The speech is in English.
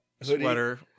sweater